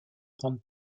grande